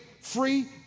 free